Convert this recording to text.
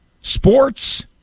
sports